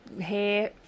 hair